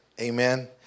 Amen